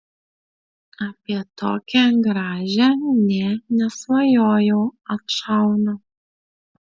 apie tokią gražią nė nesvajojau atšaunu